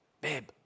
babe